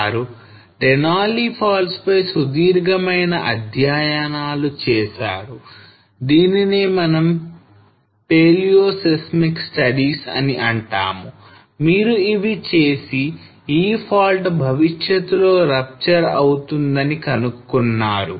వారు Denali faults పై సుదీర్ఘమైన అధ్యయనాలు చేశారు దీనినే మనం paleoseismic studies అని అంటాము మీరు ఇవి చేసి ఈ fault భవిష్యత్తులో rupture అవుతుందని కనుక్కున్నారు